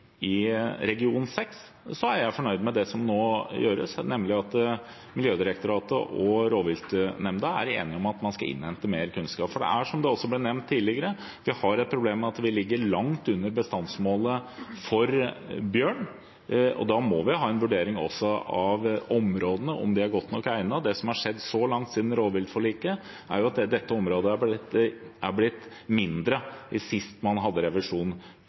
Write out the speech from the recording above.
region 6, er jeg fornøyd med det som nå gjøres, nemlig at Miljødirektoratet og rovviltnemnda er enige om at man skal innhente mer kunnskap. Som det også ble nevnt tidligere, har vi et problem med at vi ligger langt under bestandsmålet for bjørn. Da må vi ha en vurdering også av områdene, om de er godt nok egnet. Det som har skjedd så langt siden rovviltforliket, er at dette området ble mindre sist man hadde revisjon av forvaltningsplanen. Men jeg tror det er